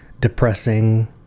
depressing